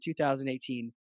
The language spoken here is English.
2018